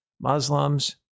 Muslims